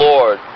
Lord